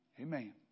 Amen